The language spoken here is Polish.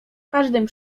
każdym